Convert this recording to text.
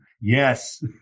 yes